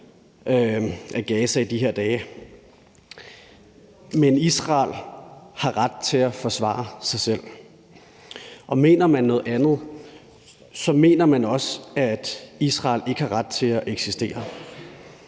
af Gaza i de her dage. Men Israel har ret til at forsvare sig selv, og mener man noget andet, mener man også, at Israel ikke har ret til at eksistere.